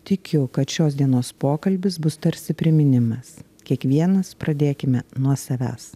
tikiu kad šios dienos pokalbis bus tarsi priminimas kiekvienas pradėkime nuo savęs